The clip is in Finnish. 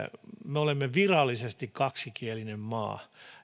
me olemme virallisesti kaksikielinen maa